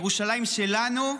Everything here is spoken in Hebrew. ירושלים שלנו,